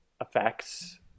effects